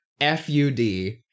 F-U-D